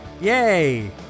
yay